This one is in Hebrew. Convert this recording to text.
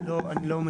אני לא מכיר,